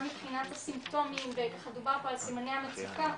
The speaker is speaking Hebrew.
מבחינת הסימפטומים ומדובר פה על סימני המצוקה,